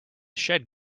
shed